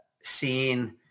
seeing